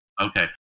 okay